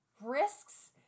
Risks